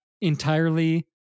entirely